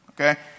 Okay